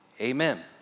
Amen